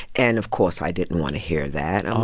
and, of course, i didn't want to hear that. i'm